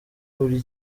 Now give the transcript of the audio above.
buri